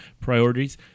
priorities